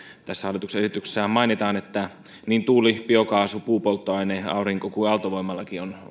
tässä hallituksen esityksessähän mainitaan että uusilla voimalaitoksilla niin tuuli biokaasu puupolttoaine aurinko kuin aaltovoimallakin on